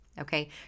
Okay